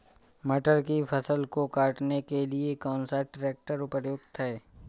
मटर की फसल को काटने के लिए कौन सा ट्रैक्टर उपयुक्त है?